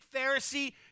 Pharisee